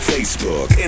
Facebook